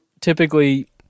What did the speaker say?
typically